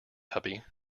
tuppy